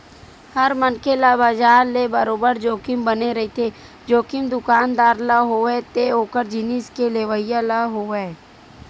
हर मनखे ल बजार ले बरोबर जोखिम बने रहिथे, जोखिम दुकानदार ल होवय ते ओखर जिनिस के लेवइया ल होवय